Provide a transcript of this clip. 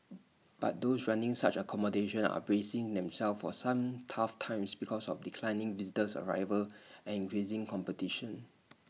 but those running such accommodation are bracing themselves for some tough times because of declining visitors arrivals and increasing competition